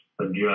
adjust